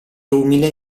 umile